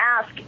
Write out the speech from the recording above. ask